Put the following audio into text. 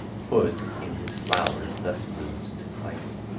hood, in his flowers, thus alludes to clytie